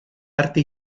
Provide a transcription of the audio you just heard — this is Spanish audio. arte